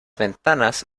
ventanas